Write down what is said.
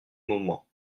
moment